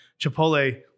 Chipotle